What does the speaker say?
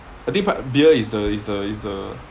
I think quite beer is the is the is the